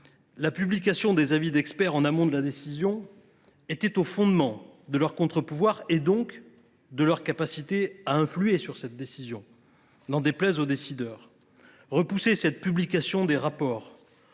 La publication des avis d’experts en amont de la décision constitue le fondement de leur contre pouvoir, c’est à dire de leur capacité à influer sur la décision – n’en déplaise aux décideurs. Repousser la publication des rapports